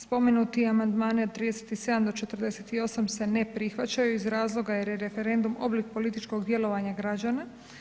Spomenuti amandmani od 37-48 se ne prihvaćaju iz razloga je referendum oblik političkog djelovanja građana.